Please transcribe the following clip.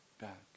back